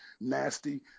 nasty